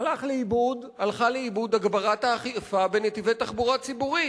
הלכה לאיבוד הגברת האכיפה בנתיבי תחבורה ציבורית.